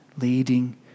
leading